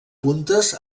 puntes